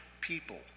people